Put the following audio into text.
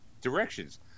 directions